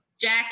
jack